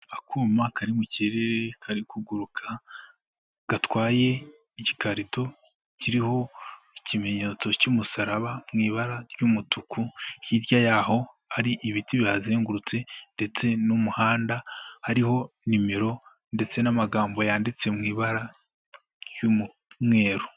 Akuma kari mu kirere kari kuguruka gatwaye igikarito kiriho ikimenyetso cy'umusara mu ibara ry'umutuku, hirya yaho hari ibiti bihazengurutse ndetse n'umuhanda, hariho nimero ndetse n'amagambo yanditse mu ibara ry'umweru.